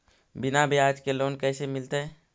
बिना ब्याज के लोन कैसे मिलतै?